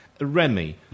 Remy